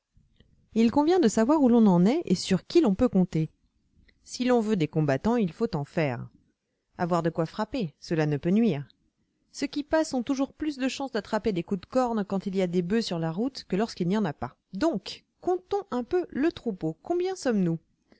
il convient de savoir où l'on en est et sur qui l'on peut compter si l'on veut des combattants il faut en faire avoir de quoi frapper cela ne peut nuire ceux qui passent ont toujours plus de chance d'attraper des coups de corne quand il y a des boeufs sur la route que lorsqu'il n'y en a pas donc comptons un peu le troupeau combien sommes-nous